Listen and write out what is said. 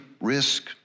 risk